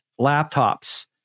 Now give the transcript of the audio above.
laptops